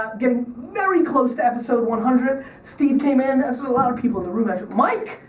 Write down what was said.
getting very close to episode one hundred. steve came in, this is a lot of people in the room actually. mike!